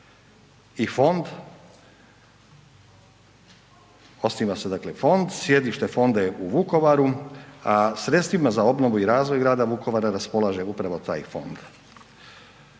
i fond, osniva se dakle fond, sjedište fonda je u Vukovaru, a sredstvima za obnovu i razvoj grada Vukovara raspolaže upravo taj fond